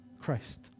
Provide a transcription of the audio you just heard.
Christ